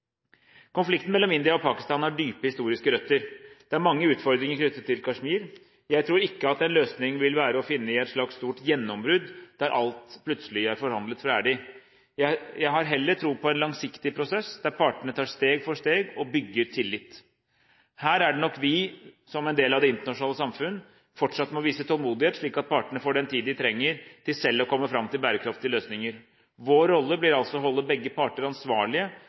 Konflikten mellom India og Pakistan har dype historiske røtter. Det er mange utfordringer knyttet til Kashmir. Jeg tror ikke at en løsning vil være å finne i et slags stort gjennombrudd, der alt plutselig er forhandlet ferdig. Jeg har heller tro på en langsiktig prosess, der partene tar steg for steg og bygger tillit. Her er det vi – som en del av det internasjonale samfunn – fortsatt må vise tålmodighet, slik at partene får den tid de trenger til selv å komme fram til bærekraftige løsninger. Vår rolle blir altså å holde begge parter ansvarlige.